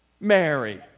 Mary